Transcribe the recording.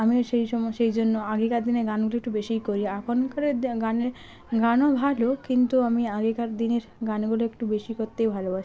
আমিও সেই সম সেই জন্য আগেকার দিনের গানগুলো একটু বেশিই করি এখনকারের দ গানের গানও ভালো কিন্তু আমি আগেকার দিনের গানগুলো একটু বেশি করতেই ভালোবাসি